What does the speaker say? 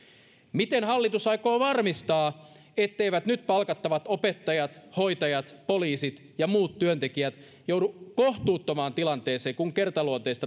miten hallitus aikoo varmistaa etteivät nyt palkattavat opettajat hoitajat poliisit ja muut työntekijät joudu kohtuuttomaan tilanteeseen kun kertaluonteiset